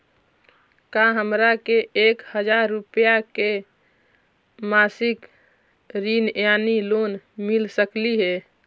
का हमरा के एक हजार रुपया के मासिक ऋण यानी लोन मिल सकली हे?